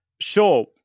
Sure